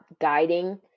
guiding